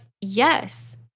yes